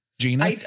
Gina